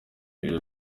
ibyo